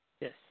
Yes